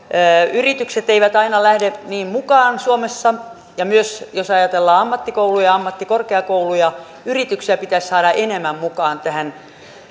yritykset eivät aina lähde siihen mukaan suomessa ja myös jos ajatellaan ammattikouluja ja ammattikorkeakouluja yrityksiä pitäisi saada enemmän mukaan tähän